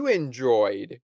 enjoyed